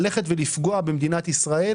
ללכת ולפגוע במדינת ישראל